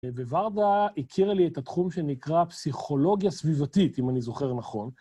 וורדה הכירה לי את התחום שנקרא פסיכולוגיה סביבתית, אם אני זוכר נכון.